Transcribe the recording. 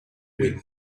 wind